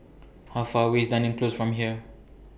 How Far away IS Dunearn Close from here